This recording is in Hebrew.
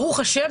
ברוך-השם,